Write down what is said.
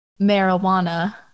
marijuana